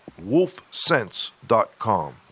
wolfsense.com